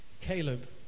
Caleb